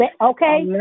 okay